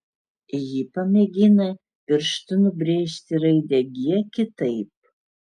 ji pamėgina pirštu nubrėžti raidę g kitaip